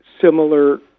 similar